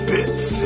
Bits